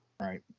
right